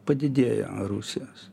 padidėjo rusijos